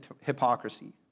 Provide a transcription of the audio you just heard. hypocrisy